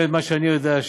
מה שאני יודע,